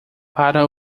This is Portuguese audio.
para